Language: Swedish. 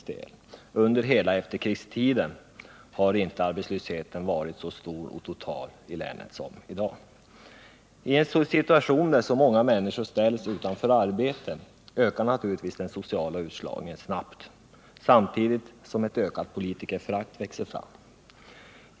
Inte någon gång under hela efterkrigstiden har arbetslösheten i länet varit så stor som i dag. I en situation där så många människor ställs utan arbete ökar naturligtvis den sociala utslagningen snabbt samtidigt som ett ökat politikerförakt växer fram.